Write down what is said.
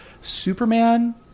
Superman